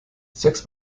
sechs